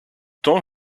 temps